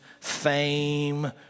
fame